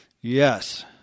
Yes